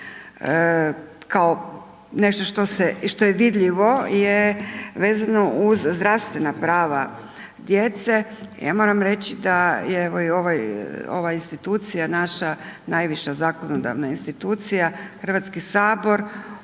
što se, što je vidljivo je vezano uz zdravstvena prava djece. Ja moram reći da je evo ova institucija naša, najviša zakonodavna institucija, HS u